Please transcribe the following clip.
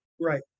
Right